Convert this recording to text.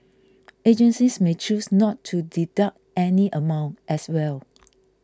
agencies may choose not to deduct any amount as well